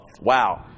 Wow